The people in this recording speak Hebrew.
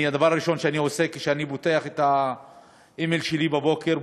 הדבר הראשון שאני עושה כשאני פותח את האימייל שלי בבוקר,